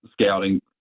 scouting